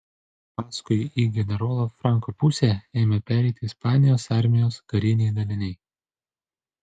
paskui į generolo franko pusę ėmė pereiti ispanijos armijos kariniai daliniai